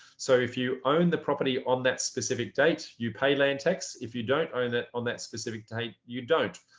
so if you own the property on that specific date, you pay land tax if you don't own it on that specific date, you don't.